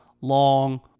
long